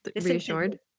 reassured